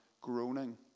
groaning